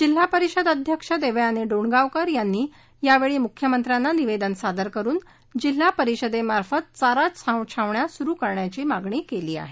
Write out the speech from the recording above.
जिल्हा परिषद अध्यक्ष देवयानी डोणगांवकर यांनी यावेळी मुख्यमंत्र्यांना निवेदन सादर करून जिल्हा परिषदेमार्फत चारा छावण्या सुरू करण्याची मागणी केली आहे